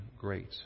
great